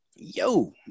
Yo